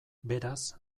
beraz